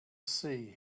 sea